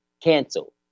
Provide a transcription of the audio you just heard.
cancel